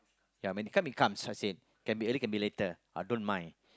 ya when it come it comes I said can be early can be later I don't mind